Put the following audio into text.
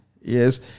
Yes